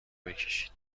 بکشید